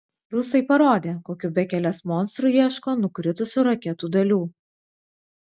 rusai parodė kokiu bekelės monstru ieško nukritusių raketų dalių